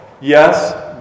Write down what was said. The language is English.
Yes